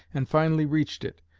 and finally reached it,